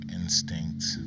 instincts